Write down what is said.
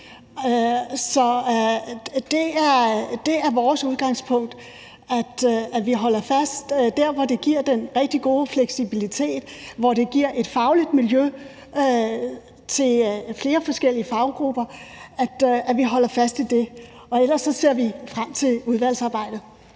Så det er vores udgangspunkt, at vi holder fast der, hvor det giver den rigtig gode fleksibilitet, og hvor det giver et fagligt miljø for flere forskellige faggrupper. Og så ser vi ellers frem til udvalgsarbejdet.